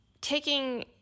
taking